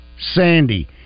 Sandy